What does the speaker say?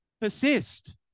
persist